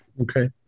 Okay